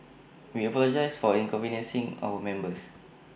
we apologise for inconveniencing our members